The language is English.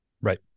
Right